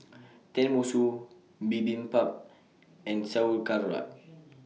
Tenmusu Bibimbap and Sauerkraut